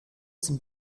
sind